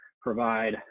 provide